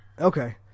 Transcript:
Okay